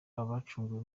abacunguwe